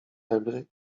febry